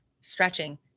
stretching